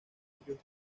ellos